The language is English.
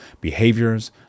behaviors